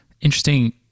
interesting